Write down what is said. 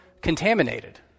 contaminated